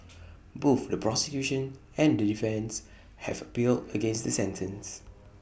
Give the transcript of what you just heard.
both the prosecution and the defence have appealed against the sentence